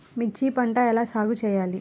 మిర్చి పంట ఎలా సాగు చేయాలి?